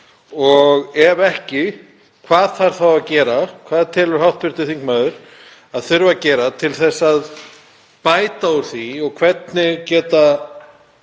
Og ef ekki, hvað þarf þá að gera? Hvað telur hv. þingmaður að þurfi að gera til að bæta úr því og hvernig geta